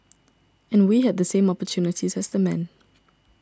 and we had the same opportunities as the men